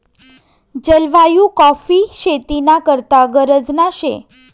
जलवायु काॅफी शेती ना करता गरजना शे